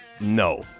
No